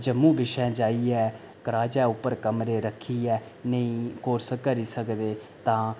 जम्मू बिशें जाइयै कराजे उप्पर कमरे रक्खियै नेईं कोर्स करी सकदे तां